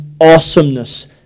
awesomeness